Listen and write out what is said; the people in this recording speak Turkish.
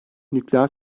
nükleer